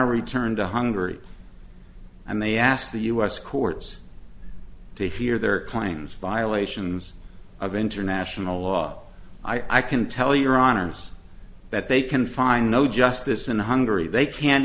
to return to hungary and they ask the u s courts to hear their claims violations of international law i can tell your honour's that they can find no justice in hungary they can't